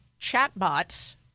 chatbots